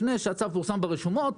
לפני שהצו פורסם ברשומות